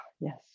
Yes